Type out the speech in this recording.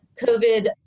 COVID